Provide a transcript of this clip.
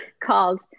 called